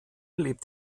lebt